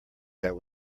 that